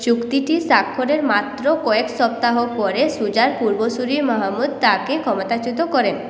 চুক্তিটি স্বাক্ষরের মাত্র কয়েক সপ্তাহ পরে সুজার পূর্বসূরি মাহমুদ তাঁকে ক্ষমতাচ্যুত করেন